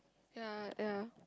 ya ya